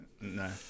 No